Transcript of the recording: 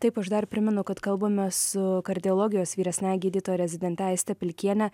taip aš dar primenu kad kalbamės su kardiologijos vyresniąja gydytoja rezidente aiste pilkiene